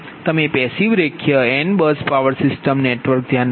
તમે પેસીવ રેખીય n bus power system network ધયાનમા લો